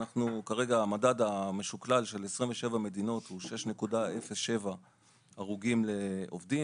אנחנו כרגע על המדד המשוקלל של 27 מדינות שהוא 6.07 הרוגים לעובדים,